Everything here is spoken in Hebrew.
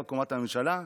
בקומת הממשלה.